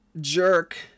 jerk